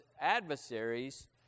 adversaries